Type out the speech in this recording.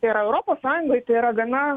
tai yra europos sąjungoj tai yra gana